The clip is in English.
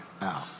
out